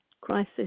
crisis